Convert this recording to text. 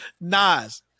Nas